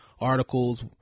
articles